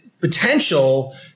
potential